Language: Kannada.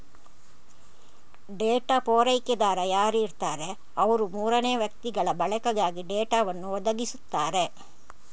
ಡೇಟಾ ಪೂರೈಕೆದಾರ ಯಾರಿರ್ತಾರೆ ಅವ್ರು ಮೂರನೇ ವ್ಯಕ್ತಿಗಳ ಬಳಕೆಗಾಗಿ ಡೇಟಾವನ್ನು ಒದಗಿಸ್ತಾರೆ